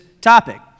topic